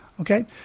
Okay